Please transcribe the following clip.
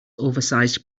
oversized